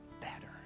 better